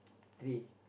three